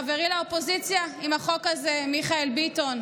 לחברי לאופוזיציה מיכאל ביטון.